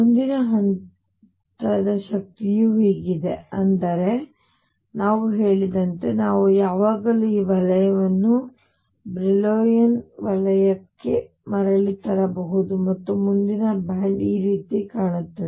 ಮುಂದಿನ ಹಂತದ ಶಕ್ತಿಯು ಹೀಗಿದೆ ಆದರೆ ನಾವು ಹೇಳಿದಂತೆ ನಾವು ಯಾವಾಗಲೂ ಈ ವಲಯವನ್ನು ಬ್ರಿಲೋಯಿನ್ ವಲಯಕ್ಕೆ ಮರಳಿ ತರಬಹುದು ಮತ್ತು ಮುಂದಿನ ಬ್ಯಾಂಡ್ ಈ ರೀತಿ ಕಾಣುತ್ತದೆ